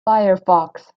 firefox